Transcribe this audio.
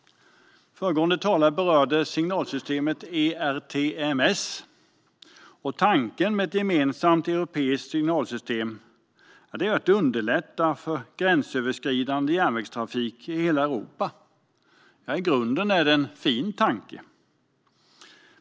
Föregående talare berörde signalsystemet ERTMS. Tanken med ett gemensamt europeiskt signalsystem är att underlätta för gränsöverskridande järnvägstrafik i hela Europa. I grunden är det en fin tanke.